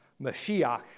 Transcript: Mashiach